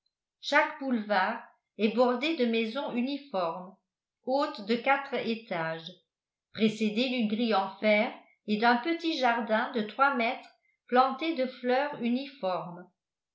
chaque boulevard est bordé de maisons uniformes hautes de quatre étages précédées d'une grille en fer et d'un petit jardin de trois mètres planté de fleurs uniformes